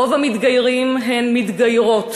רוב המתגיירים הם מתגיירות,